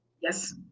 Yes